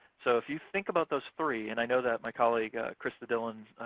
so if you think about those three, and i know that my colleague krista dillon,